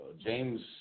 James